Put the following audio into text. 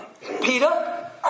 Peter